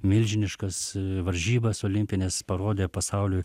milžiniškas varžybas olimpines parodė pasauliui